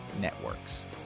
networks